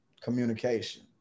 Communication